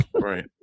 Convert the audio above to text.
right